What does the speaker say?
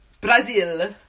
Brazil